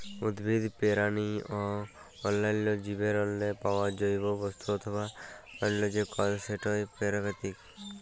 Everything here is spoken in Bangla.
উদ্ভিদ, পেরানি অ অল্যাল্য জীবেরলে পাউয়া জৈব বস্তু অথবা অল্য যে কল সেটই পেরাকিতিক